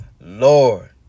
lord